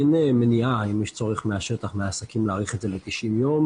אין מניעה מהשטח להאריך את זה ל-90 ימים.